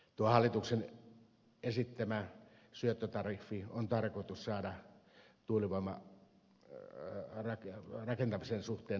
tuo hallituksen esittämä syöttötariffi on tarkoitus saada tuulivoimarakentamisen suhteen nopeasti liikkeelle